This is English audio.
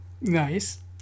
Nice